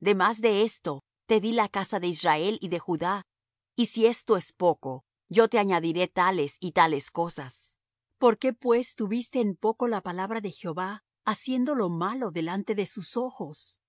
demás de esto te dí la casa de israel y de judá y si esto es poco yo te añadiré tales y tales cosas por qué pues tuviste en poco la palabra de jehová haciendo lo malo delante de sus ojos a